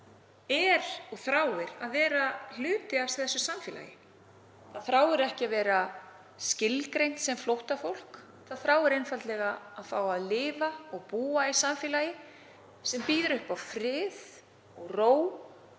okkar þráir að vera hluti af þessu samfélagi, þráir ekki að vera skilgreint sem flóttafólk, það þráir einfaldlega að fá að lifa og búa í samfélagi sem býður upp á frið og ró,